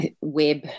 web